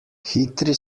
hitri